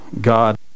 God